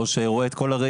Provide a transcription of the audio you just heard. או שמסתכל על כלל התמונה.